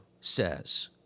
says